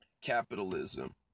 Capitalism